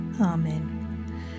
Amen